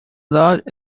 large